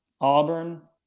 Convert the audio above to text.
Auburn